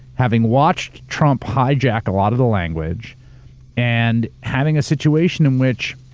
having watched trump hijack a lot of the language and having a situation in which